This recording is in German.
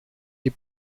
die